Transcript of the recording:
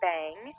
Bang